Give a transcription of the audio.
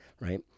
right